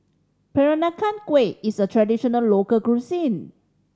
Peranakan Kueh is a traditional local cuisine